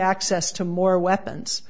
access to more weapons